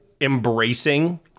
embracing